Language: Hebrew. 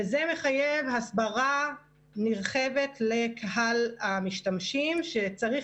וזה מחייב הסברה נרחבת לקהל המשתמשים שצריך